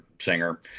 singer